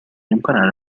imparare